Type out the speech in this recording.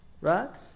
right